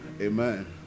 Amen